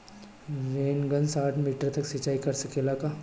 Rain gun साठ metre तक सिचाई कर सकेला का?